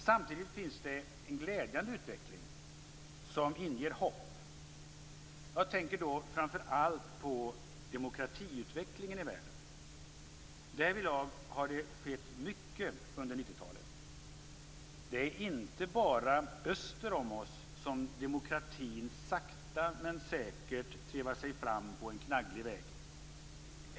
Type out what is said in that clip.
Samtidigt finns det en glädjande utveckling, som inger hopp. Jag tänker då framför allt på demokratiutvecklingen i världen. Därvidlag har det skett mycket under 90-talet. Det är inte bara öster om oss som demokratin sakta men säkert trevar sig fram på en knagglig väg.